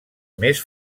més